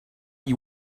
you